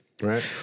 Right